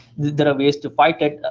there are ways to fight it,